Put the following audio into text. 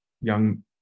young